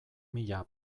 mila